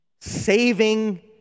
Saving